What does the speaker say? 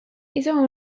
hizo